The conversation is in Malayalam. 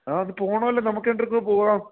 ആ അത് പോകണമല്ലോ നമുക്ക് രണ്ടു പേർക്കും പോകാം